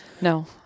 No